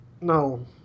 No